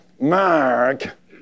Mark